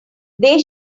they